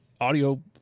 audio